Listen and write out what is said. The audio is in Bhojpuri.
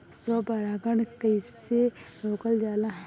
स्व परागण कइसे रोकल जाला?